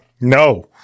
No